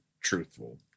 truthful